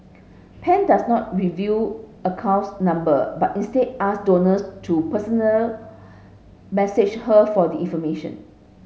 pan does not reveal account number but instead ask donors to personal message her for the information